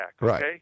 Right